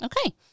Okay